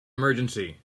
emergency